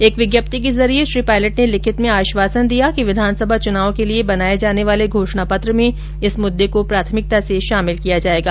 एक विज्ञप्ति के जरिये श्री पायलट ने लिखित में आश्वासन दिया कि विधानसभा चुनाव के लिये बनाये जाने वाले घोषणा पत्र में इस मुद्दे को प्राथमिकता से शामिल किया जायेगा